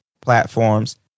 platforms